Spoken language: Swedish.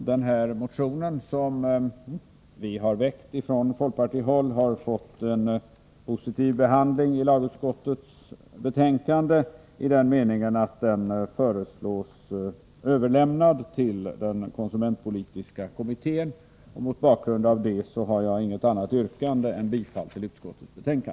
Den motion som vi har väckt från folkpartihåll har fått en positiv behandling i lagutskottets betänkande, i den meningen att den föreslås bli överlämnad till konsumentpolitiska kommittén. Mot bakgrund av detta har jag inget annat yrkande än bifall till utskottets hemställan.